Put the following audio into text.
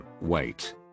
Wait